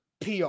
PR